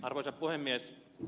arvoisa puhemies